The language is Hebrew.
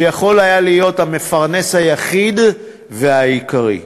שיכול היה להיות המפרנס היחיד והעיקרי.